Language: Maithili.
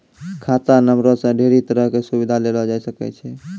खाता नंबरो से ढेरी तरहो के सुविधा लेलो जाय सकै छै